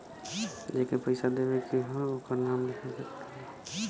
जेके पइसा देवे के हौ ओकर नाम लिखे के पड़ला